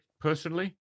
personally